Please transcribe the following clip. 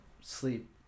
sleep